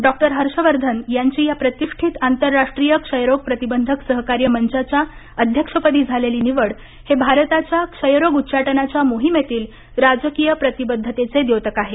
doctor Harshvardhan यांची या प्रतिष्ठित आंतरराष्ट्रीय क्षयरोग प्रतिबंधक सहकार्य मंचाच्या अध्यक्षपदी झालेली निवड हे भारताच्या क्षयरोग उच्चाटनाच्या मोहिमेतील राजकीय प्रतिबद्धतेचे द्योतक आहे